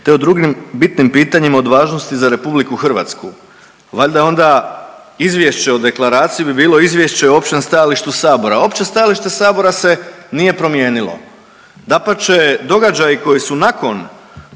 te o drugim bitnim pitanjima od važnosti za RH. Valjda onda izvješće o deklaraciji bi bilo izvješće o općem stajalištu sabora. Opće stajalište sabora se nije promijenilo, dapače događaji koji su nakon